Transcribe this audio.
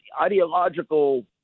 ideological